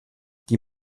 die